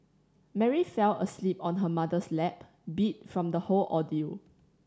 Mary fell asleep on her mother's lap beat from the whole ordeal